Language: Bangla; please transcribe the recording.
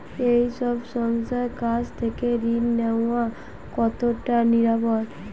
এই সব সংস্থার কাছ থেকে ঋণ নেওয়া কতটা নিরাপদ?